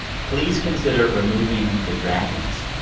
please consider removing the dragons.